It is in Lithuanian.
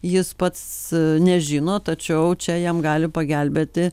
jis pats nežino tačiau čia jam gali pagelbėti